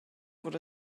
wurde